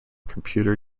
computer